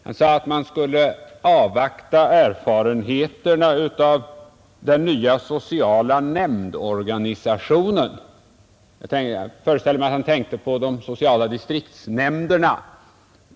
Han sade att man skulle avvakta erfarenheterna av den nya socialnämndsorganisationen. Jag föreställer mig att han tänkte på de sociala distriktsnämnderna.